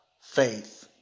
faith